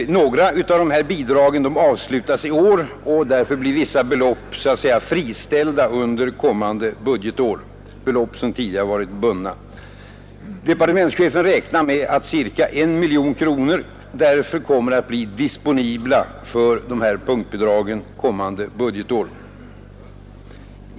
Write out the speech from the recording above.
Några av de här bidragen utbetalas för sista gången i år, och vissa belopp som tidigare varit bundna blir därför så att säga friställda under kommande budgetår. Departementschefen räknar med att ca 1 miljon kronor kommer att bli disponibla för punktbidrag under kommande budgetår.